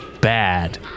bad